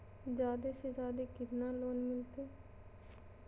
जादे से जादे कितना लोन मिलते?